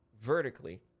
vertically